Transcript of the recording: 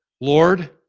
Lord